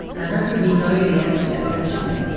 and i don't think we know the answer to that question yet.